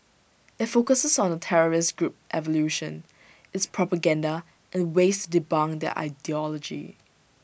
IT focuses on the terrorist group's evolution its propaganda and ways to debunk their ideology